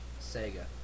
Sega